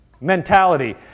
mentality